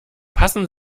passen